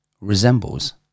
resembles